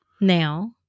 now